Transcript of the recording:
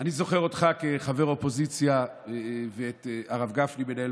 אני זוכר אותך כחבר אופוזיציה ואת הרב גפני מנהל